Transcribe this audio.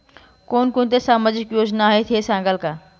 कोणकोणत्या सामाजिक योजना आहेत हे सांगाल का?